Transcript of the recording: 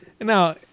now